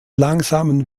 langsamen